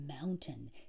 mountain